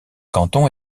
canton